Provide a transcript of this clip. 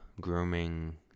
grooming